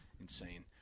Insane